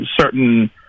certain